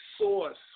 Source